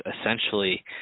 essentially